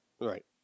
Right